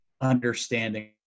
understanding